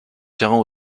terrain